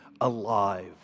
alive